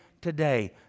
today